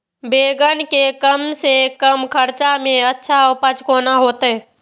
बेंगन के कम से कम खर्चा में अच्छा उपज केना होते?